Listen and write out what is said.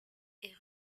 est